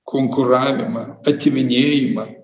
konkuravimą atiminėjimą